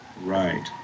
Right